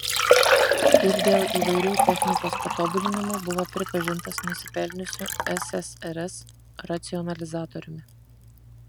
ir dėl įvairių technikos patobulinimų buvo pripažintas nusipelniusiu ssrs racionalizatoriumi